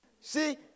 See